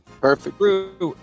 perfect